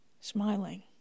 smiling